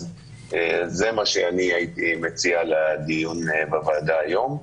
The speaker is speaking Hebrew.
זה מה שהייתי מציע לדיון בוועדה היום.